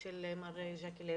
מר ג'קי לוי.